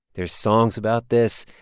there's songs about this.